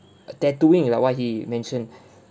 uh tattooing like what he mentioned